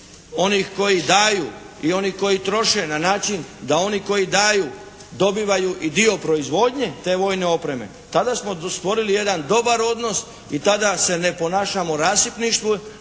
onih koji daju i onih koji troše na način da oni koji daju dobivaju i dio proizvodnje te vojne opreme, tada smo stvorili jedan dobar odnos i tada se ne ponašamo rasipnički,